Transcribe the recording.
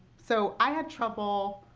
so i had trouble